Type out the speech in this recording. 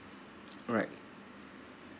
alright